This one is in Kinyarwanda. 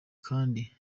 kandi